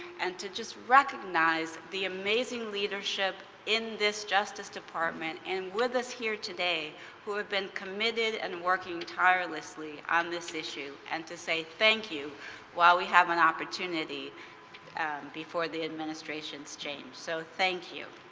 and to just recognize recognize the amazing leadership in this justice department and with us here today who have been committed and working tirelessly on this issue and to say thank you while we have an opportunity before the administrations change. so thank you.